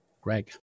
Greg